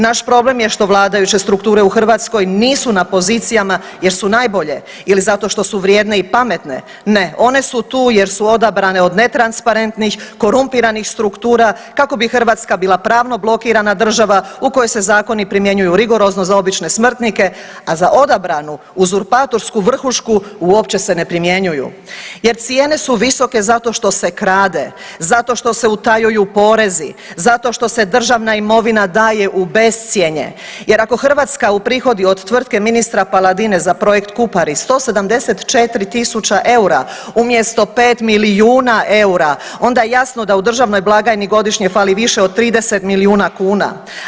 Naš problem je što vladajuće strukture u Hrvatskoj nisu na pozicijama jer su najbolje ili zato što su vrijedne i pametne, ne one su tu jer su odabrane od netransparentnih korumpiranih struktura kako bi Hrvatska bila pravno blokirana država u kojoj se zakoni primjenjuju rigorozno za obične smrtnike, a za odabranu uzurpatorsku vrhušku uopće se ne primjenjuju jer cijene su visoke zato što se krade, zato što se utajuju porezi, zato što se državna imovina daje u bescjenje jer ako Hrvatska uprihodi od tvrtke ministra Paladine za Projekt Kupari 174 tisuća eura umjesto 5 milijuna eura onda jasno da u državnoj blagajni godišnje fali više od 30 milijuna kuna.